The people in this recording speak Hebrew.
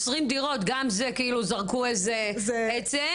20 דירות גם זה כאילו זרקו איזו עצם,